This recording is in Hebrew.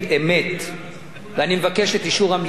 ואני מבקש את אישור המליאה לצווים.